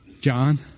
John